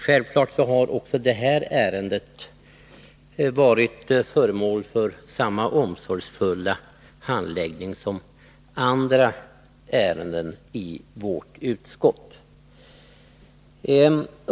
Självfallet har detta ärende varit föremål för samma omsorgsfulla handläggning som andra ärenden i vårt utskott.